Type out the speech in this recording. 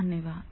धन्यवाद